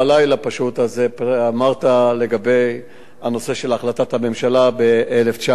ואמרת לגבי נושא החלטת הממשלה ב-1974.